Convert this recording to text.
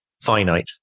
finite